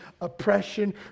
oppression